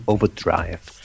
Overdrive